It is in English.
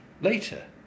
Later